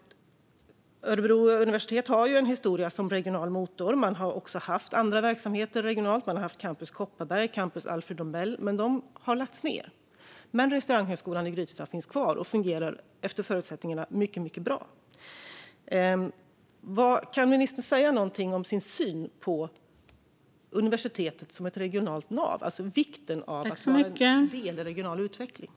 Örebro universitet har en historia som regional motor. Man har haft andra verksamheter regionalt; man har haft Campus Kopparberg och Campus Alfred Nobel. De verksamheterna har dock lagts ned, men Restaurang och hotellhögskolan i Grythyttan finns kvar och fungerar efter förutsättningarna mycket bra. Kan ministern säga något om sin syn på universitetet som ett regionalt nav, alltså om vikten av att det är en del i den regionala utvecklingen?